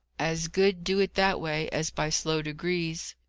as good do it that way, as by slow degrees.